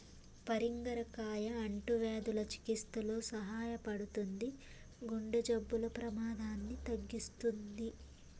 పరింగర కాయ అంటువ్యాధుల చికిత్సలో సహాయపడుతుంది, గుండె జబ్బుల ప్రమాదాన్ని తగ్గిస్తుంది